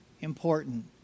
important